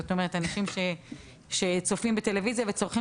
זאת אומרת אנשים שצופים בטלוויזיה וצורכים